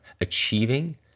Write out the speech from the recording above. achieving